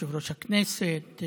יושב-ראש הכנסת,